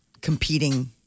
competing